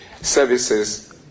services